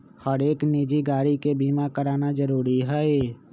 हरेक निजी गाड़ी के बीमा कराना जरूरी हई